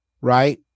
right